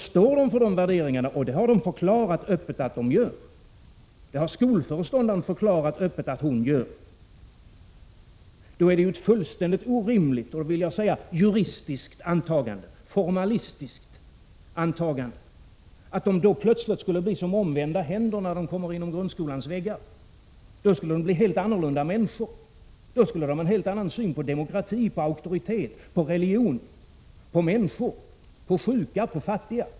Står de för dessa värderingar — och det har de öppet förklarat att de gör; det har skolföreståndaren öppet förklarat att hon gör —är det ett fullständigt orimligt och formalistiskt antagande att de plötsligt skulle uppträda på motsatt vis när de kommer inom skolans väggar. Då skulle de bli helt annorlunda människor med en helt annan syn på demokrati och auktoritet, på religion och på människor, sjuka och fattiga.